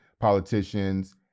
politicians